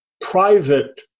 private